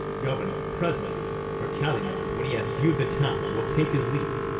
governor, presently for calymath, when he hath view'd the town, will take his leave,